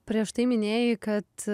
prieš tai minėjai kad